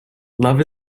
love